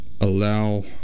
allow